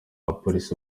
abapolisi